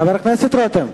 חבר הכנסת רותם.